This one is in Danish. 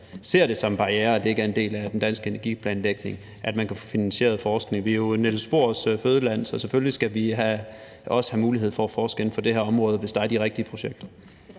ser det som en barriere, at det ikke er en del af den danske energiplanlægning – at man kan få finansieret forskning. Vi er jo Niels Bohrs fødeland, så selvfølgelig skal vi også have mulighed for at forske inden for det her område, hvis der er de rigtige projekter.